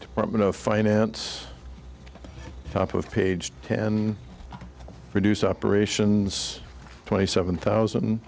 department of finance top of page ten reduce operations twenty seven thousand